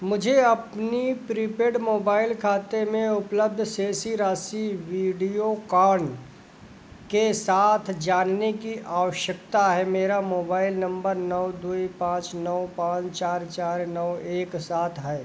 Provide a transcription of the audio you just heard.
मुझे अपनी prepaid mobile खाते में उपलब्ध शेष राशि वीडियोकॉन के साथ जानने की आवश्यकता है मेरा मोबाइल नंबर नौ दो पाँच नौ पाँच चार चार नौ एक सात है